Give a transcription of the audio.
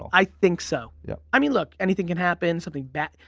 i think so. yeah i mean look, anything can happen, something bad.